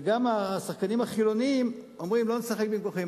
גם השחקנים החילונים אומרים: לא נשחק במקומכם,